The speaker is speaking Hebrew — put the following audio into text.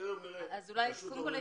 תכף נראה לגבי רשות האוכלוסין,